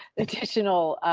additional